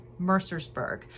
Mercersburg